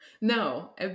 no